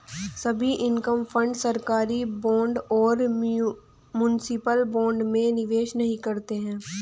सभी income fund सरकारी bond और म्यूनिसिपल बॉन्ड में निवेश नहीं करते हैं